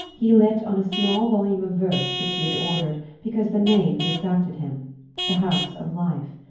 he lit on a small volume of verse which he had ordered because the name had attracted him the house of life.